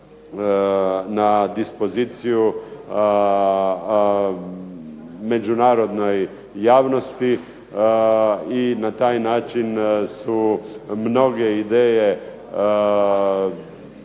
na dispoziciju međunarodnoj javnosti i na taj način su mnoge ideje